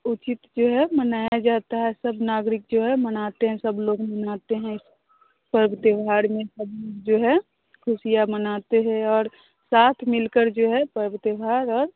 उचित जो है मनाया जाता है सब नागरिक जो है मनाते हैं सब लोग मनाते हैं पर्व त्यौहार में सब जो है खुशिया मनाते हैं और साथ मिलकर जो है पर्व त्यौहार और